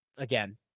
Again